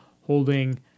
holding